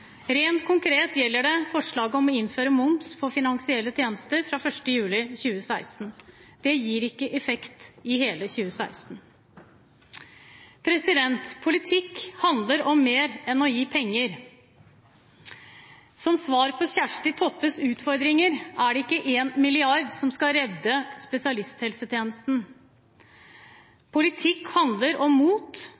Rent konkret gjelder det forslaget om å innføre moms på finansielle tjenester fra 1. juli 2016. Det gir ikke effekt i hele 2016. Politikk handler om mer enn å gi penger. Som svar på Kjersti Toppes utfordringer er det ikke 1 mrd. kr som skal redde spesialisthelsetjenesten. Politikk handler om mot, det handler om vilje, og